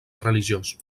religiós